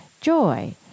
joy